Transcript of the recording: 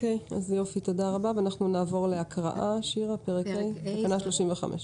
תודה, נעבור להקראה, בבקשה.